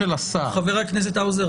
חבר הכנסת האוזר,